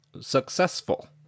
successful